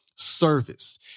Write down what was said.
Service